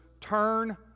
turn